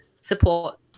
support